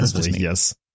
yes